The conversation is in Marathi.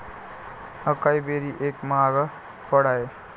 अकाई बेरी एक महाग फळ आहे